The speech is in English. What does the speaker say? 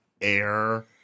air